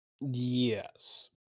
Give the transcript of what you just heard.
yes